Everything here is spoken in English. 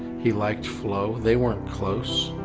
he liked flo they weren't close.